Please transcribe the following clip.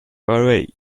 away